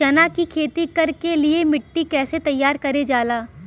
चना की खेती कर के लिए मिट्टी कैसे तैयार करें जाला?